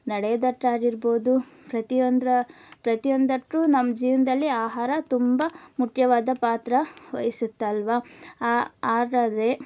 ನಡೆಯುದಕ್ಕಾಗಿರ್ಬೋದು ಪ್ರತಿಯೊಂದು ಪ್ರತಿಯೊಂದಕ್ಕು ನಮ್ಮ ಜೀವನದಲ್ಲಿ ಆಹಾರ ತುಂಬ ಮುಖ್ಯವಾದ ಪಾತ್ರ ವಹಿಸುತ್ತೆ ಅಲ್ಲವಾ ಆದರೆ